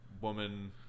woman